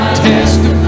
testify